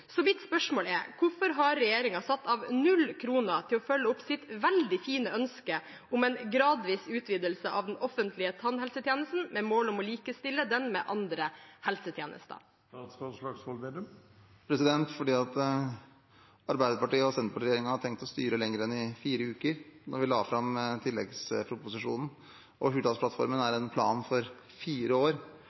Mitt spørsmål er: Hvorfor har regjeringen satt av 0 kr til å følge opp sitt veldig fine ønske om en gradvis utvidelse av den offentlige tannhelsetjenesten med mål om å likestille den med andre helsetjenester? Fordi Arbeiderparti–Senterparti-regjeringen hadde tenkt å styre lenger enn i fire uker da vi la fram tilleggsproposisjonen. Hurdalsplattformen er en plan for fire år,